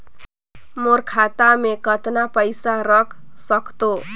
मोर खाता मे मै कतना पइसा रख सख्तो?